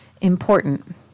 important